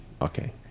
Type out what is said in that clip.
okay